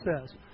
says